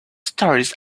stories